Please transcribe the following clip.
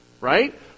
Right